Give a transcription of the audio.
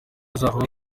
zaho